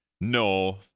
No